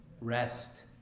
rest